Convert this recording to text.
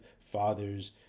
fathers